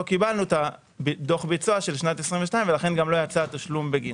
קיבלנו דוח ביצוע של שנת 2022 ולכן גם לא יצא התשלום בגינו.